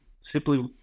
simply